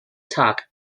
tag